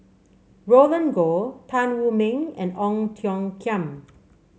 Roland Goh Tan Wu Meng and Ong Tiong Khiam